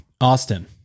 Austin